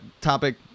topic